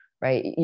right